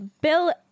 Bill